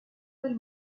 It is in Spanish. del